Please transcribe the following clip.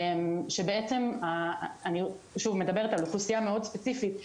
אני מדברת על אוכלוסיה מאוד ספציפית,